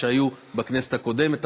שהיו בכנסת הקודמת.